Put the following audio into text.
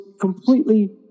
completely